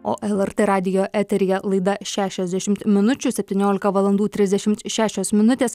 o lrt radijo eteryje laida šešiasdešimt minučių septyniolika valandų trisdešimt šešios minutės